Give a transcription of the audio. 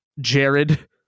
Jared